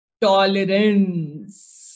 tolerance